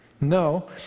No